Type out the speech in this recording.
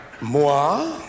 moi